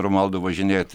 romualdui važinėt